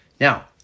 Now